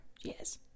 Yes